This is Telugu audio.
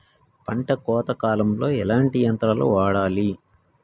పంట కోత కాలాల్లో ఎట్లాంటి యంత్రాలు వాడాలే?